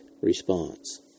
response